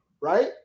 right